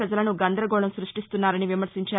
ప్రజల్లో గందరగోళం సృష్టిస్తున్నారని విమర్శించారు